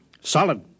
Solid